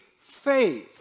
faith